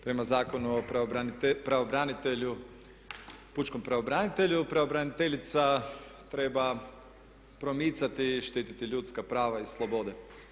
Prema Zakonu o pravobranitelju, pučkom pravobranitelju, pravobraniteljica treba promicati i štiti ljudska prava i slobode.